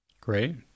Great